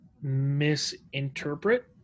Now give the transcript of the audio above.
misinterpret